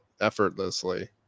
effortlessly